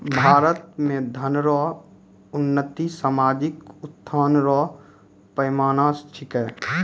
भारत मे धन रो उन्नति सामाजिक उत्थान रो पैमाना छिकै